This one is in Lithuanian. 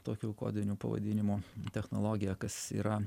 tokiu kodiniu pavadinimu technologija kas yra